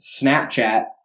Snapchat